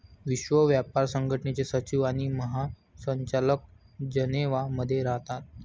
विश्व व्यापार संघटनेचे सचिव आणि महासंचालक जनेवा मध्ये राहतात